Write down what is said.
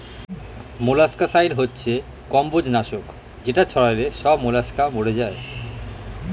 molluscicide হচ্ছে কম্বোজ নাশক যেটা ছড়ালে সব মোলাস্কা মরে যায়